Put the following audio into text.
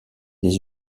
des